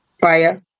Fire